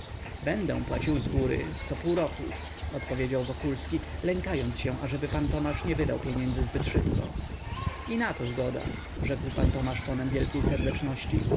będę płacił zgóry co pół roku odpowiedział wokulski lękając się ażeby pan tomasz nie wydał pieniędzy zbyt prędko i na to zgoda rzekł pan tomasz tonem wielkiej serdeczności